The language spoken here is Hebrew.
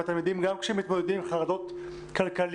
התלמידים גם כשהם מתמודדים עם חרדות כלכליות,